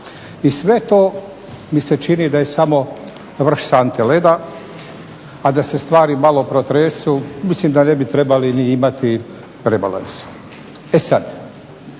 i sve to mi se čini da je samo vrh sante leda, a da se stvari malo protresu mislim da ne bi trebali ni imati rebalans. E sad,